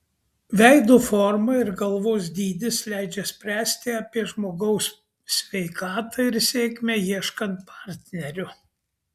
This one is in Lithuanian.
veido forma ir galvos dydis leidžia spręsti apie žmogaus sveikatą ir sėkmę ieškant partnerio